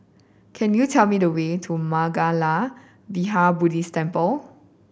could you tell me the way to Mangala Vihara Buddhist Temple